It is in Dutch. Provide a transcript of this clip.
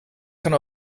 gaat